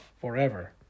forever